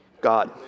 God